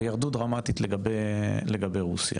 וירדו דרמטית לגבי רוסיה.